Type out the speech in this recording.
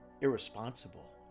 irresponsible